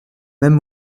même